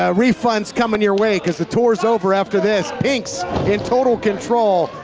ah refunds coming your way cause the tours over after this. pinx in total control,